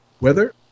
Weather